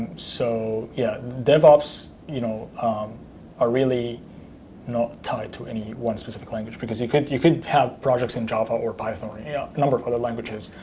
so yeah dev ops you know um are really not tied to any one specific language. because you could you could have projects in java, or python, or any ah number of other languages,